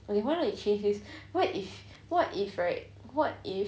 why not you change this what if what if right what if